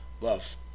love